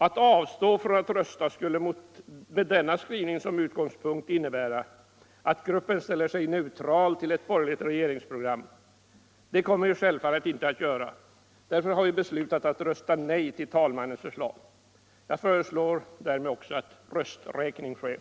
Altl avstå från att rösta skulle med denna skrivning som utgångspunkt innebära att gruppen ställer sig neutral till ett borgerligt regeringsprogram. Det kommer vi självfallet inte att göra. Därför har vi beslutat att rösta nej till talmannens förslag. Jag föreslår därmed också att rösträkning sker.